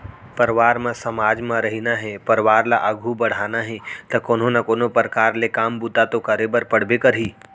परवार म समाज म रहिना हे परवार ल आघू बड़हाना हे ता कोनो ना कोनो परकार ले काम बूता तो करे बर पड़बे करही